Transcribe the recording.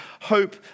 Hope